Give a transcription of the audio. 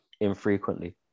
infrequently